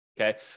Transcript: okay